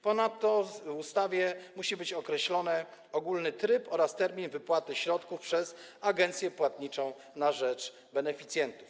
Ponadto w ustawie muszą być określone ogólny tryb oraz termin wypłaty środków przez agencję płatniczą na rzecz beneficjentów.